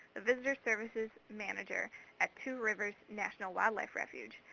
the visitor services manager at two rivers national wildlife refuge,